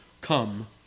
come